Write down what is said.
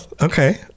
okay